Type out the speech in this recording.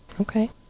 Okay